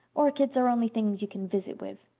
orchids are only things you can visit with.